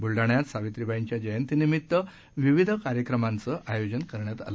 बुलडाण्यात सावित्रीबाईच्या जयंती निमित्त विविध कार्यक्रमांच आयोजन करण्यात आलं